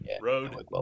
road